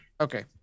Okay